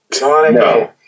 No